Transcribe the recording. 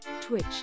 Twitch